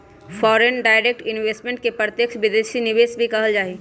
foreign direct investment के प्रत्यक्ष विदेशी निवेश भी कहल जा हई